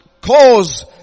cause